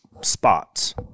spots